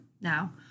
now